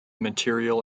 material